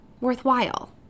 worthwhile